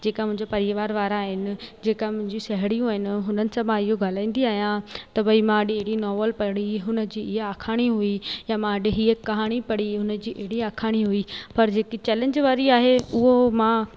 जेका मुंहिंजा परिवार वारा आहिनि जेका मुंहिंजी साहेड़ियूं आहिनि हुननि सां मां इहो ॻाल्हाईंदी आहियां त भई मां अॼु अहिड़ी नॉवेल पढ़ी हुन जी इहा अखाणी हुई ऐं मां अॼु हीअ कहाणी पढ़ी मुंहिंजी अहिड़ी अखाणी हुई पर जेकी चैलेंज वारी आहे उहो मां